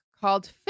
called